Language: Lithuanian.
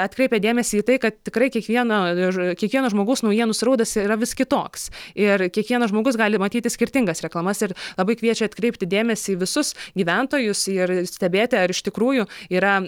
atkreipė dėmesį į tai kad tikrai kiekvieno ž kiekvieno žmogaus naujienų srautas yra vis kitoks ir kiekvienas žmogus gali matyti skirtingas reklamas ir labai kviečia atkreipti dėmesį visus gyventojus ir stebėti ar iš tikrųjų yra